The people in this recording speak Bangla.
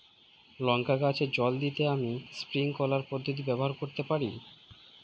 লঙ্কা গাছে জল দিতে আমি স্প্রিংকলার পদ্ধতি ব্যবহার করতে পারি?